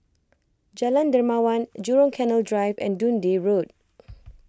Jalan Dermawan Jurong Canal Drive and Dundee Road